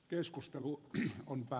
keskustelu eli onko